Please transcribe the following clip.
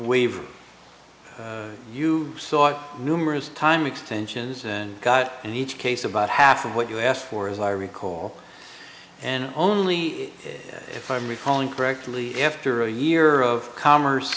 waiver you sought numerous time extensions and got and each case about half of what you asked for as i recall and only if i'm recalling correctly after a year of commerce